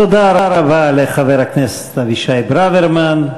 תודה רבה לחבר הכנסת אבישי ברוורמן.